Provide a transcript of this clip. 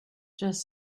just